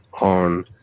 on